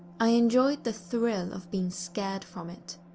i enjoyed the thrill of being scared from it.